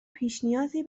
پیشنیازی